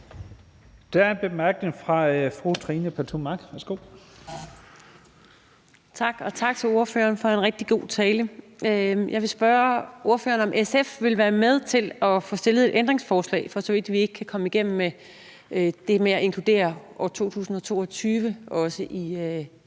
Pertou Mach. Værsgo. Kl. 14:02 Trine Pertou Mach (EL): Tak, og tak til ordføreren for en rigtig god tale. Jeg vil spørge ordføreren, om SF vil være med til at få stillet et ændringsforslag, for så vidt vi ikke kan komme igennem med det med at inkludere år 2022 og